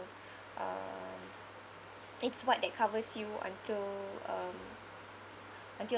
um it's what that covers you until um until